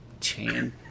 Chan